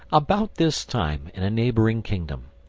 about this time in a neighbouring kingdom,